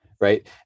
right